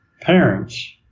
parents